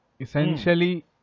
essentially